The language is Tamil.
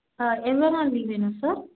ஆ எவ்வளோ நாள் லீவ் வேணும் சார்